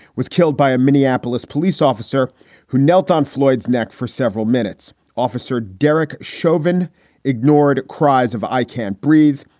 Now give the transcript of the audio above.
was killed by a minneapolis police officer who knelt on floyd's neck for several minutes. officer derek chauvin ignored cries of eykamp breeds,